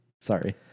Sorry